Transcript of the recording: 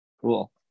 cool